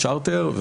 צ'רטר,